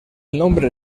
nombre